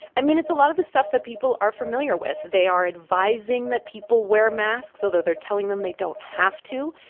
i mean, it's a lot of the stuff that people are familiar with. they are advising that people wear masks, although they're telling them they don't have to.